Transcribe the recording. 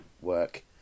work